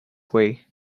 way